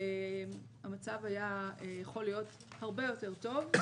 המצב היה יכול להיות הרבה יותר טוב.